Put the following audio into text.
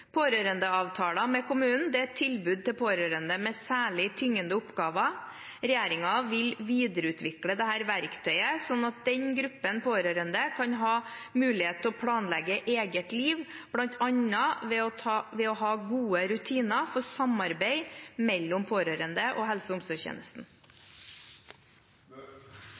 med kommunen er et tilbud til pårørende med særlig tyngende oppgaver. Regjeringen vil videreutvikle dette verktøyet slik at denne gruppen pårørende kan ha mulighet til å planlegge eget liv, bl.a. ved å ha gode rutiner for samarbeid mellom pårørende og helse- og omsorgstjenesten.